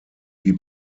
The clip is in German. wie